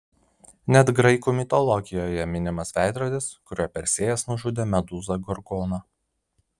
net graikų mitologijoje minimas veidrodis kuriuo persėjas nužudė medūzą gorgoną